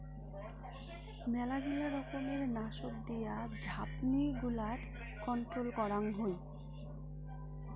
মেলগিলা রকমের নাশক দিয়া ঝাপনি গুলাট কন্ট্রোল করাং হই